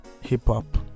hip-hop